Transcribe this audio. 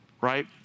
right